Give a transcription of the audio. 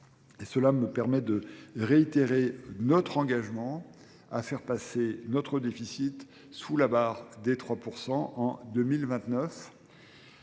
Cela me permet de réitérer notre engagement à faire passer notre déficit sous la barre des 3 % en 2029.